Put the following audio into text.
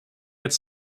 its